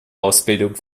ausbildung